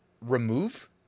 remove